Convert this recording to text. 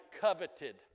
coveted